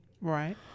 right